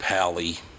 Pally